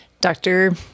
Doctor